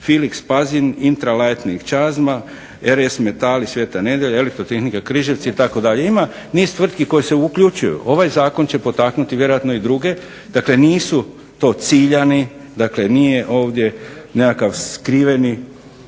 Filix Pazin, Intra Lighting Čazma, RS Metali Sveta Nedelja, Elektrotehnika Križevci, itd. Ima niz tvrtki koje se uključuju, ovaj zakon će potaknuti vjerojatno i druge, dakle nisu to ciljani, dakle nije ovdje nekakav skriveni,